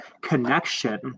connection